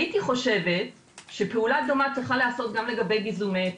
הייתי חושבת שפעולה דומה צריכה להיעשות גם לגבי גיזומי עצים.